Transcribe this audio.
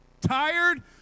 Tired